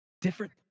Different